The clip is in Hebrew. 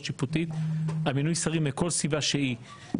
שיפוטית על מינוי שרים מכל סיבה שהיא.